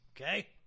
Okay